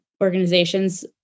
organizations